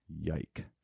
Yike